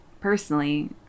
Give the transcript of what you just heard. personally